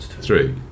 Three